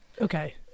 Okay